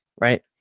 right